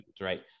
right